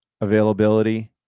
availability